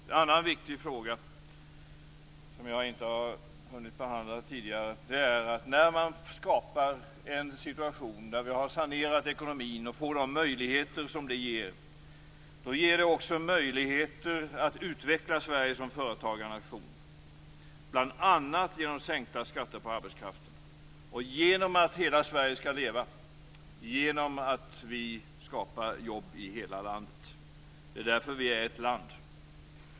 En annan viktig fråga som jag inte hunnit behandla tidigare är att en sanerad ekonomi ger möjligheter att utveckla Sverige som företagarnation, bl.a. genom sänkta skatter på arbetskraften och genom att hela Sverige skall leva, genom att vi skapar jobb i hela landet. Det är därför vi är ett land.